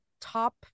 top